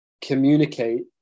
communicate